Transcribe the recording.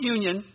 Union